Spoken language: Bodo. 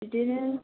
बिदिनो